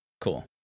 cool